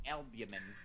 Albumin